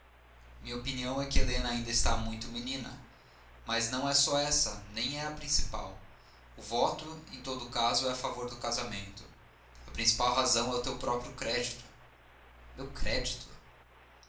minha opinião é que helena está ainda muito menina mas não é só essa nem é a principal o voto em todo o caso é a favor do casamento a principal razão é o teu próprio crédito meu crédito